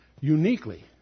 uniquely